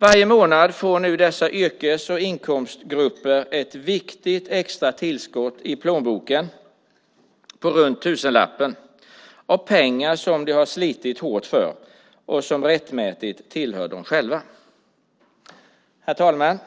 Varje månad får nu dessa inkomst och yrkesgrupper ett viktigt extra tillskott i plånboken på runt tusenlappen av pengar som de har slitit hårt för och som rättmätigt tillhör dem själva. Herr talman!